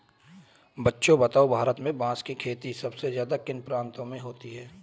बच्चों बताओ भारत में बांस की खेती सबसे ज्यादा किन प्रांतों में होती है?